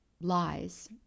lies